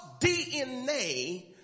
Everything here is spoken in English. DNA